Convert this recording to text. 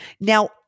Now